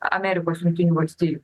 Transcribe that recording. amerikos valstijų